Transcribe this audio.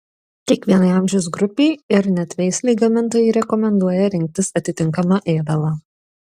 kiekvienai amžiaus grupei ir net veislei gamintojai rekomenduoja rinktis atitinkamą ėdalą